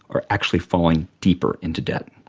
are actually falling deeper into debt.